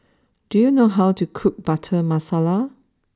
do you know how to cook Butter Masala